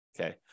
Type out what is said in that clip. okay